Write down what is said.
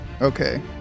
okay